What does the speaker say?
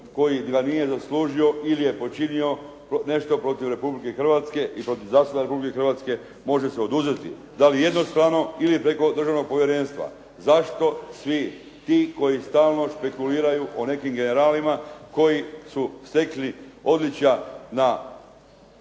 koji ga nije zaslužio ili je počinio nešto protiv Republike Hrvatske ili protiv …/Govornik se ne razumije/… Republike Hrvatske, može se oduzeti, da li jednostavno ili preko državnog povjerenstva. Zašto svi ti koji stalno špekuliraju o nekim generalima koji su stekli odličja na pod